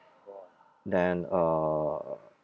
then uh